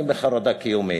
אני בחרדה קיומית.